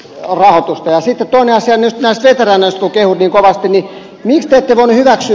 sitten toinen asia näistä veteraaneista kun kehuit niin kovasti